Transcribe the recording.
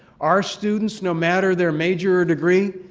our students, no matter their major or degree,